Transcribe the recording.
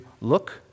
look